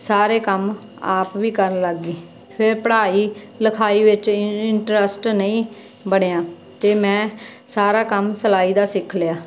ਸਾਰੇ ਕੰਮ ਆਪ ਵੀ ਕਰਨ ਲੱਗ ਗਈ ਫੇਰ ਪੜ੍ਹਾਈ ਲਿਖਾਈ ਵਿੱਚ ਇੰਟਰਸਟ ਨਹੀਂ ਬਣਿਆ ਅਤੇ ਮੈਂ ਸਾਰਾ ਕੰਮ ਸਿਲਾਈ ਦਾ ਸਿੱਖ ਲਿਆ